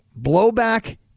Blowback